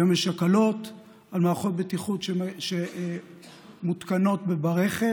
היום יש הקלות על מערכות בטיחות שמותקנות ברכב,